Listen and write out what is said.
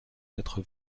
quatre